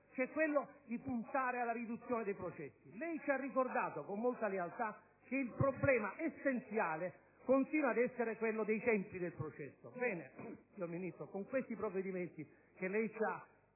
un senso, ossia puntare alla riduzione dei processi. Lei ci ha ricordato con molta lealtà che il problema essenziale continua ad essere rappresentato dai tempi del processo. Bene, signor Ministro, con i provvedimenti che ci ha